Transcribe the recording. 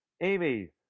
Amy